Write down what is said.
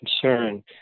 concern